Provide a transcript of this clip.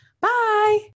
Bye